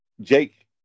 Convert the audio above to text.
Jake